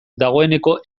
dagoeneko